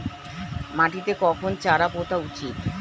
মাটিতে কখন চারা পোতা উচিৎ?